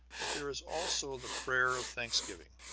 but there is also the prayer of thanksgiving.